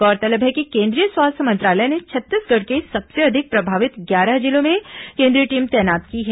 गौरतलब है कि केंद्रीय स्वास्थ्य मंत्रालय ने छत्तीसगढ़ के सबसे अधिक प्रभावित ग्यारह जिलों में केंद्रीय टीम तैनात की है